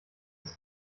sich